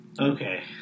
Okay